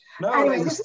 No